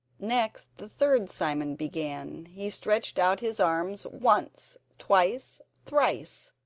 next the third simon began. he stretched out his arms, once, twice, thrice,